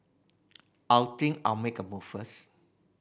I think I'll make a move first